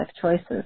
choices